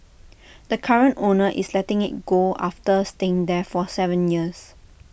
the current owner is letting IT go after staying there for Seven years